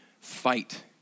fight